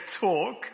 talk